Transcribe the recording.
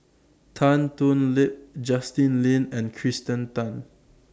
Tan Thoon Lip Justin Lean and Kirsten Tan